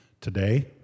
today